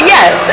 Yes